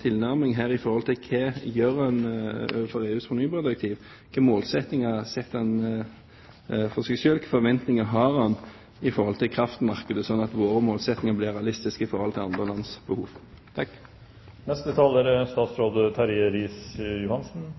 tilnærming til EUs fornybardirektiv. Hvilke målsettinger har han selv? Hvilke forventninger har han når det gjelder kraftmarkedet, sånn at våre målsettinger blir realistiske i forhold til andre lands behov? Representanten Solvik-Olsen stilte mange og relevante spørsmål i sitt innlegg, og det er